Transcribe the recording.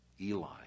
Eli